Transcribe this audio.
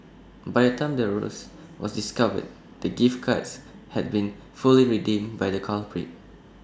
by the time the ruse was discovered the gift cards had been fully redeemed by the culprits